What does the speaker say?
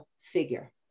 figure